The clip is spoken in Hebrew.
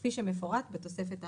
כפי שמפורט בתוספת העשירית.